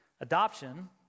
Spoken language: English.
Adoption